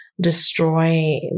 destroy